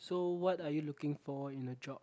so what are you looking for in a job